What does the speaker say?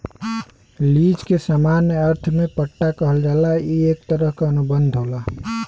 lease के सामान्य अर्थ में पट्टा कहल जाला ई एक तरह क अनुबंध होला